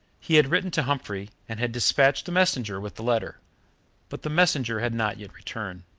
he had written to humphrey, and had dispatched a messenger with the letter but the messenger had not yet returned.